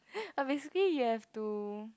but basically you have to